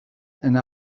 and